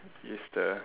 it's the